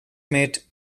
mate